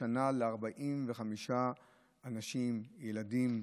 השנה ל-45 אנשים, ילדים,